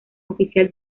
oficial